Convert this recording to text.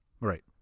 Right